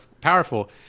powerful